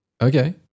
okay